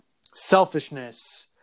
selfishness